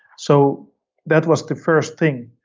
so that was the first thing.